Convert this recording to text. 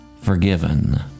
forgiven